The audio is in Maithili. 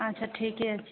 अच्छा ठीके छै